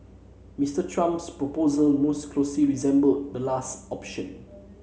Mister Trump's proposal most closely resembled the last option